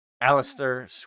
Alistair